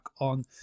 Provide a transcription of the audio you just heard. on